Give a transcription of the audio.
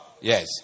Yes